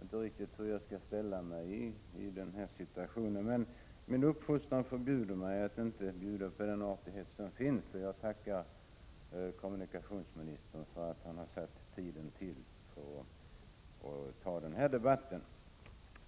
inte riktigt hur jag skall ställa mig. Min uppfostran förbjuder mig emellertid att inte bjuda på den artighet som är bruklig, så jag tackar kommunikationsministern för att han har satt till tid för att ta den här debatten.